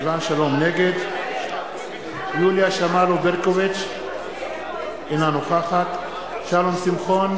נגד יוליה שמאלוב-ברקוביץ, אינה נוכחת שלום שמחון,